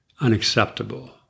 unacceptable